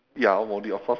ya moldy of course